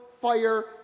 fire